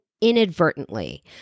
inadvertently